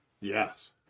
Yes